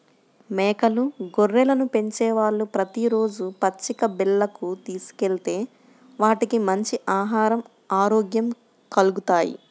మేకలు, గొర్రెలను పెంచేవాళ్ళు ప్రతి రోజూ పచ్చిక బీల్లకు తీసుకెళ్తే వాటికి మంచి ఆహరం, ఆరోగ్యం కల్గుతాయి